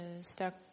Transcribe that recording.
stuck